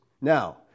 Now